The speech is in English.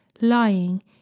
lying